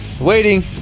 Waiting